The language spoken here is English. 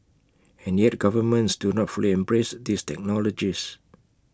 and yet governments do not fully embrace these technologies